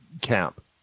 camp